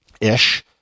ish